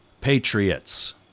Patriots